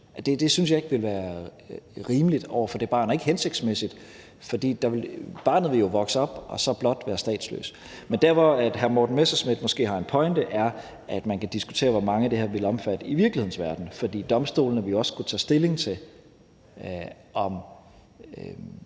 Det synes jeg ikke ville være rimeligt over for det barn. Det ville heller ikke være hensigtsmæssigt, for barnet vil jo vokse op og blot være statsløs. Men der, hvor hr. Morten Messerschmidt måske har en pointe, er, at man kan diskutere, hvor mange det her vil omfatte i virkelighedens verden, for domstolene vil jo også skulle tage stilling til, om